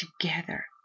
together